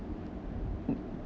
mm